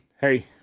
hey